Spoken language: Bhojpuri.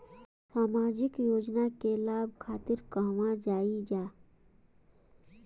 सामाजिक योजना के लाभ खातिर कहवा जाई जा?